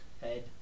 head